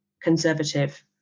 Conservative